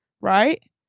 right